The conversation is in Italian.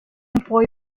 puoi